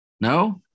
No